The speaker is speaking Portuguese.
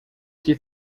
que